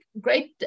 great